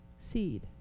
seed